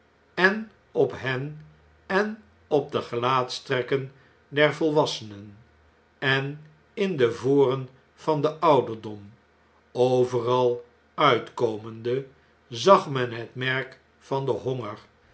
en op hen en op de gelaatstrekken der volwassenen en in de voren van den ouderdom overal uitkomende zag men het merk van den honger